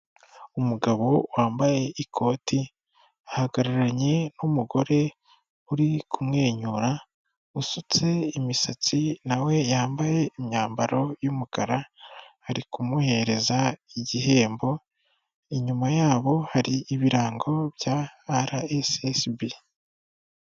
Umugabo wambaye ikoti ahagararanye n'umugore uri kumwenyura usutse imisatsi nawe yambaye imyambaro y'umukara ari kumuhereza igihembo inyuma yabo hari ibirango bya rssb.